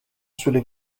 sulle